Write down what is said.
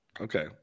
Okay